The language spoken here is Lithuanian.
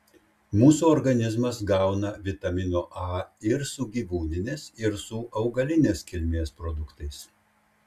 mūsų organizmas gauna vitamino a ir su gyvūninės ir su augalinės kilmės produktais